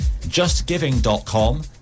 justgiving.com